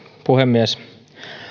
puhemies